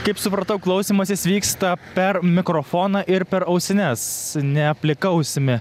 kaip supratau klausymasis vyksta per mikrofoną ir per ausines ne plika ausimi